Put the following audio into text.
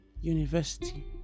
University